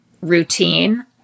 routine